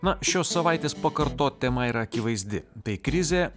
na šios savaitės pakartot tema yra akivaizdi tai krizė